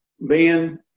ben